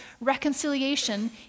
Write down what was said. reconciliation